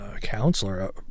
counselor